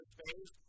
phase